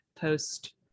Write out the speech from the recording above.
post